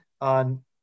on